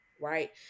right